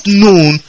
known